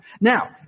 Now